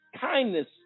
kindness